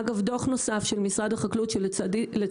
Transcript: אגב דוח נוסף של משרד החקלאות לצערי